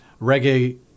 reggae